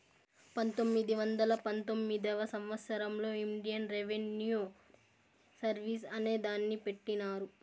పంతొమ్మిది వందల పంతొమ్మిదివ సంవచ్చరంలో ఇండియన్ రెవిన్యూ సర్వీస్ అనే దాన్ని పెట్టినారు